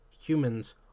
humans